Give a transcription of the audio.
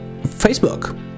Facebook